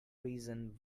reason